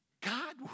God